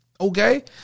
Okay